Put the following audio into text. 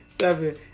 seven